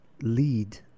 lead